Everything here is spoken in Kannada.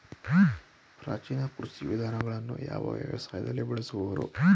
ಪ್ರಾಚೀನ ಕೃಷಿ ವಿಧಾನಗಳನ್ನು ಯಾವ ವ್ಯವಸಾಯದಲ್ಲಿ ಬಳಸುವರು?